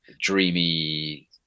dreamy